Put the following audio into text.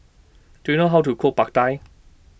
Do YOU know How to Cook Pad Thai